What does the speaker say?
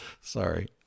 Sorry